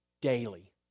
daily